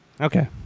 Okay